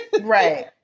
Right